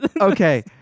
Okay